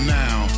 now